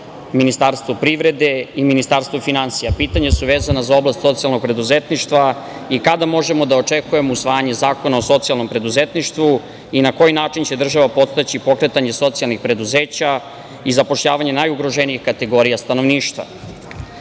Ministarstvu privrede i Ministarstvu finansija. Pitanja su vezana za oblast socijalnog preduzetništva i kada možemo da očekujemo usvajanje Zakona o socijalnom preduzetništvu i na koji način će država podstaći pokretanje socijalnih preduzeća i zapošljavanje najugroženijih kategorija stanovništva? Koliko